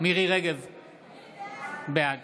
בעד